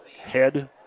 head